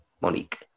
Monique